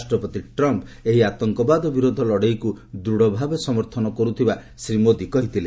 ରାଷ୍ଟ୍ରପତି ଟ୍ରମ୍ପ ଏହି ଆତଙ୍କବାଦ ବିରୋଧ ଲଢ଼େଇକୁ ଦୃଢ଼ଭାବେ ସମର୍ଥନ କରୁଥିବା ଶ୍ରୀ ମୋଦି କହିଥିଲେ